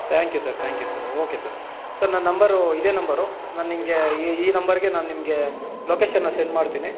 thank you sir thank you sir okay sir sir ನನ್ನ number ಇದೆ number ನಾನು ನಿಮಗೆ ಈ ಈ ನಂಬರ್ಗೆ ನಾನು ನಿಮಗೆ ಲೊಕೇಶನನ್ನ ಸೆಂಡ್ ಮಾಡ್ತೀನಿ